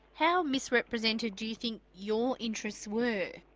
how misrepresented do you think your interests were?